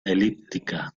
elíptica